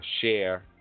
share